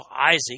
Isaac